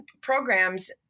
programs